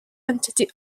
entity